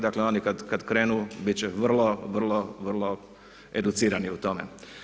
Dakle, oni kada krenu biti će vrlo, vrlo, vrlo educirani u tome.